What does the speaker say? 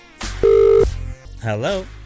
hello